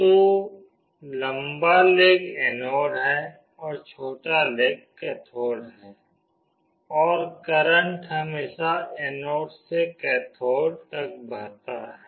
तो लंबा leg anode है और छोटा लेग कैथोड है और करंट हमेशा एनोड से कैथोड तक बहता है